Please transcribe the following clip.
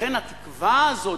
לכן התקווה הזאת,